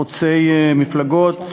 חוצי מפלגות,